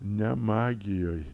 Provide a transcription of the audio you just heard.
ne magijoj